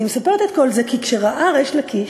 אני מספרת את כל זה כי כשראה ריש לקיש